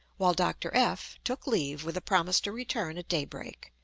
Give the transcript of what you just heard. while dr. f took leave with a promise to return at daybreak.